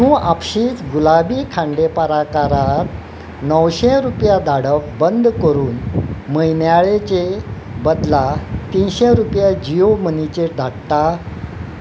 तूं आपशींच गुलाबी खांडेपारकाराक णवशें रुपया धाडप बंद करून म्हयन्याळेचे बदला तिनशे रुपया जियो मनीचेर धाडटा